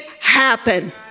happen